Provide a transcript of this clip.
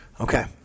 okay